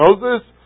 Moses